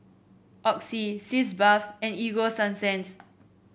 Oxy Sitz Bath and Ego Sunsense